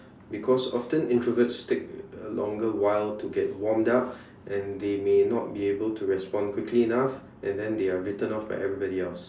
because often introverts take a a longer while to get warmed up and they may not be able to respond quickly enough and then they are written off by everybody else